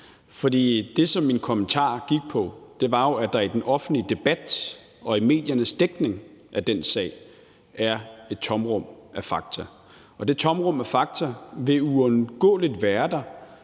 For det, som min kommentar gik på, var jo, at der i den offentlige debat og i mediernes dækning af den sag er et tomrum af fakta. Og det tomrum af fakta vil uundgåeligt være der,